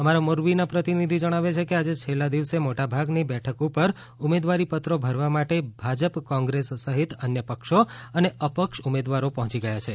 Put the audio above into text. અમારા મોરબીના પ્રતિનિધિ જણાવે છે કે આજે છેલ્લા દિવસે મોટા ભાગની બેઠક ઉપર ઉમેદવારીપત્રો ભરવા માટે ભાજપ કોંગ્રેસ સહિત અન્ય પક્ષો અને અપક્ષ ઉમેદવારો પહોંચી ગયા છે